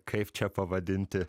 kaip čia pavadinti